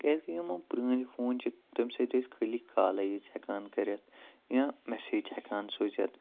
کیٛازِکہِ یِم یم پرٲنۍ فون چھِ تمہِ سۭتۍ ٲسۍ خٲلی کالے یٲژ ہیٚکان کٔرِتھ یا میٚسیج ہٮ۪کان سوٗزِتھ